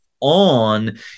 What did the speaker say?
on